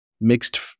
mixed